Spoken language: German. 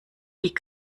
die